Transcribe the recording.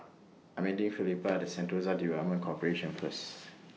I'm meeting Felipa At Sentosa Development Corporation First